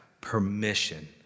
permission